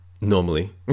Normally